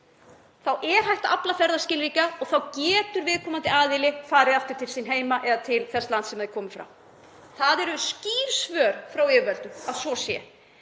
þá er hægt að afla ferðaskilríkja og þá getur viðkomandi aðili farið aftur til sín heima eða til þess lands sem hann kom frá. Það eru skýr svör frá yfirvöldum að svo sé.